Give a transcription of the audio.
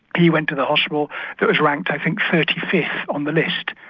he went to the hospital that was ranked i think thirty fifth on the list.